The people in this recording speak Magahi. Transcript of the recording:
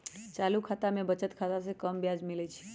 चालू खता में बचत खता से कम ब्याज मिलइ छइ